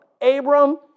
Abram